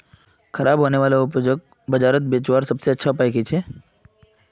ख़राब होने वाला उपज बजारोत बेचावार सबसे अच्छा उपाय कि छे?